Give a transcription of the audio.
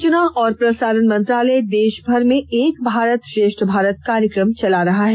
सुचना और प्रसारण मंत्रालय देशभर में एक भारत श्रेष्ठ भारत कार्यक्रम चला रहा है